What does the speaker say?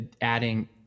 adding